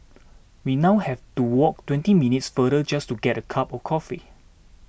we now have to walk twenty minutes farther just to get a cup of coffee